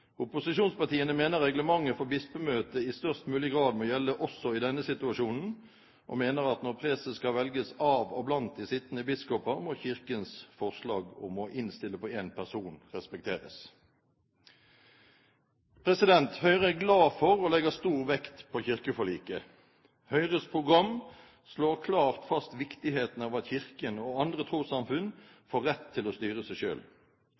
Opposisjonspartiene mener reglementet for Bispemøtet i størst mulig grad må gjelde også i denne situasjonen, og mener at når preses skal velges av og blant de sittende biskoper, må Kirkens forslag om å innstille på en person respekteres. Høyre er glad for og legger stor vekt på kirkeforliket. Høyres program slår klart fast viktigheten av at Kirken og andre trossamfunn får rett til å styre seg